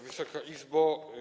Wysoka Izbo!